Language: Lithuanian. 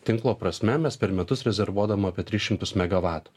tinklo prasme mes per metus rezervuodavom apie tris šimtus megavatų